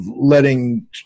letting